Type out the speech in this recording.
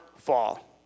fall